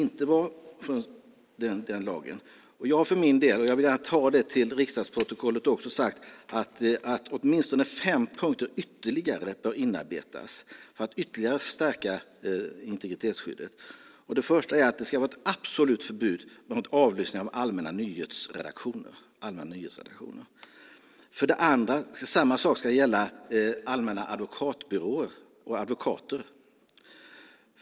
Jag vill för min del ta till riksdagsprotokollet att åtminstone fem ytterligare punkter bör inarbetas för att ytterligare stärka integritetsskyddet. För det första ska det vara ett absolut förbud mot avlyssning av allmänna nyhetsredaktioner. För det andra ska samma sak gälla allmänna advokatbyråer och advokater.